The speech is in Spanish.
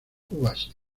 uvas